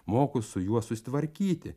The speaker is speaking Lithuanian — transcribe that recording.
moku su juo susitvarkyti